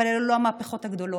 אבל אלו לא המהפכות הגדולות.